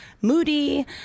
moody